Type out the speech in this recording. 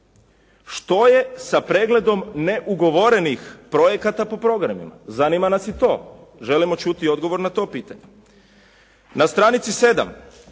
Što je sa pregledom neugovorenih projekata po programima. Zanima nas i to. Želimo čuti odgovor na to pitanje. Na stranici 7.